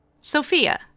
Sophia